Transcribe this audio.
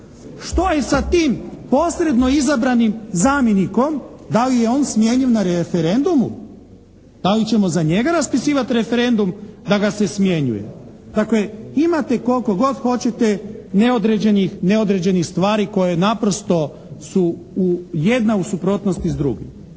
Što je sa tim posredno izabranim zamjenikom, da li je on smjenjiv na referendumu? Da li ćemo za njega raspisivat referendum da ga se smjenjuje? Dakle, imate koliko god hoćete neodređenih stvari koje naprosto su u jedna u suprotnosti s drugim.